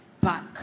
back